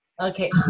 Okay